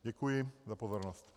Děkuji za pozornost.